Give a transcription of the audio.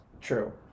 True